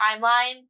timeline